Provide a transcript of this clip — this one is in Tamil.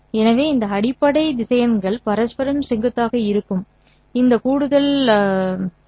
எனவே அடிப்படை திசையன்கள் பரஸ்பரம் செங்குத்தாக இருக்கும் இந்த கூடுதல் சொத்து